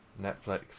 Netflix